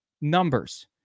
numbers